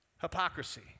Hypocrisy